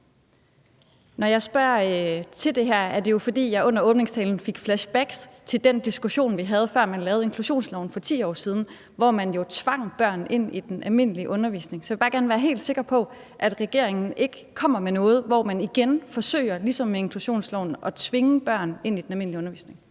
Når jeg spørger til det her, er det jo, fordi jeg under åbningstalen fik flashbacks til den diskussion, vi havde, før man lavede inklusionsloven for 10 år siden, hvor man jo tvang børn ind i den almindelige undervisning. Så jeg vil bare gerne være helt sikker på, at regeringen ikke kommer med noget, hvor man igen, ligesom med inklusionsloven, forsøger at tvinge børn ind i den almindelige undervisning.